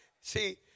See